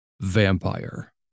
Vampire